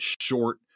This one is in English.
short